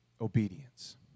obedience